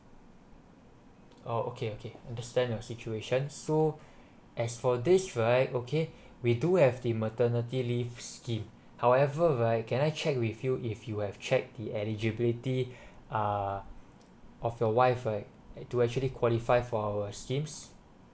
oh okay okay understand your situation so as for this right okay we do have the maternity leave scheme however right can I check with you if you have checked the eligibility uh of your wife right do actually qualify for our schemes